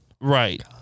right